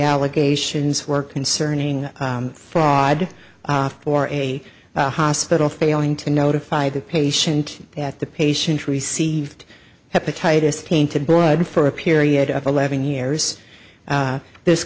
allegations were concerning fraud or a hospital failing to notify the patient that the patient received hepatitis tainted blood for a period of eleven years this